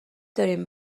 دارین